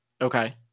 Okay